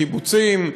קיבוצים,